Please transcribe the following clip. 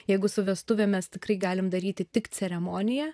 jeigu su vestuvėmis tikrai galim daryti tik ceremoniją